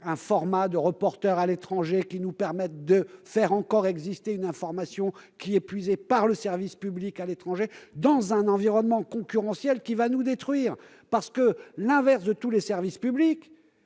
un pool de reporters à l'étranger qui nous permettent de faire encore exister une information puisée par le service public à l'étranger. Le tout dans un environnement concurrentiel qui va nous détruire. À l'inverse d'autres services publics,